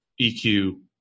eq